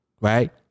right